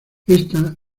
ésta